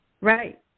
Right